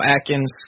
Atkins